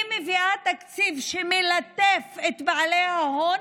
היא מביאה תקציב שמלטף את בעלי ההון,